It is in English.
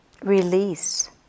release